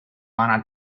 wanna